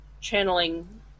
channeling